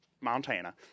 Montana